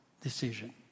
decision